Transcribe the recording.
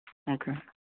okay